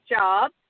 job